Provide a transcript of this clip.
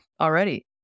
already